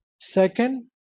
Second